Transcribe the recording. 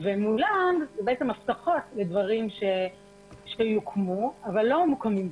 ומולם הבטחות לדברים שיוקמו, אבל לא מוקמים בפועל.